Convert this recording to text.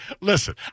listen